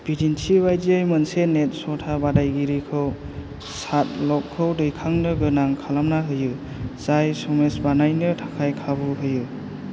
बिदिन्थि बायदियै मोनसे नेट शटा बादायगिरिखौ शाटलकखौ दैखांनो गोनां खालामना होयो जाय स्मेश बानायनो थाखाय खाबु होयो